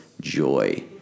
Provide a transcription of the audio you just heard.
joy